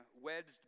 wedged